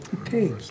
Okay